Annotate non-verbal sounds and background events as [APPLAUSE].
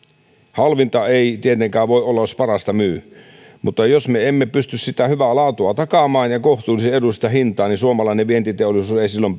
halvinta ei tietenkään voi olla jos parasta myy mutta jos me emme pysty takaamaan sitä hyvää laatua ja kohtuullisen edullista hintaa niin suomalainen vientiteollisuus ei silloin [UNINTELLIGIBLE]